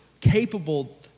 capable